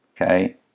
okay